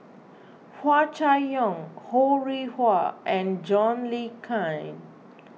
Hua Chai Yong Ho Rih Hwa and John Le Cain